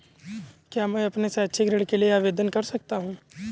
क्या मैं अपने शैक्षिक ऋण के लिए आवेदन कर सकता हूँ?